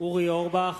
אורי אורבך,